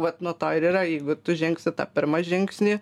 vat nuo to ir yra jeigu tu žengsi tą pirmą žingsnį